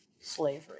slavery